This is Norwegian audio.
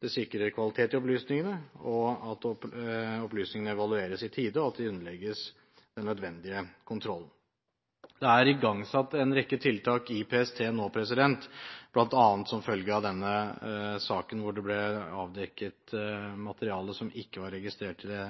Det sikrer kvalitet i opplysningene, og at opplysningene evalueres i tide, og at de underlegges den nødvendige kontrollen. Det er igangsatt en rekke tiltak i PST, bl.a. som følge av denne saken, da det ble avdekket materiale som ikke var registrert i det